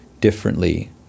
Differently